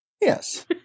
yes